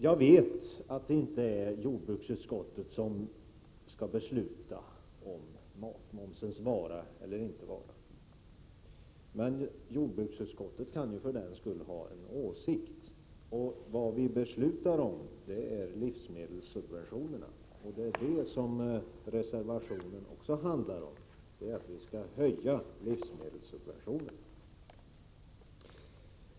Jag vet att det inte är jordbruksutskottet som skall besluta om matmomsens vara eller inte vara. Men jordbruksutskottet kan för den skull ha en åsikt. Det vi beslutar om är livsmedelssubventionerna, och det är det reservationen handlar om -— att vi skall höja livsmedelssubventionerna.